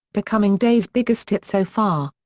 becoming day's biggest hit so far.